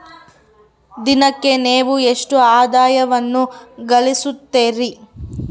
ದಿನಕ್ಕೆ ನೇವು ಎಷ್ಟು ಆದಾಯವನ್ನು ಗಳಿಸುತ್ತೇರಿ?